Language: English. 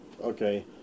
okay